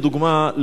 לדוגמה,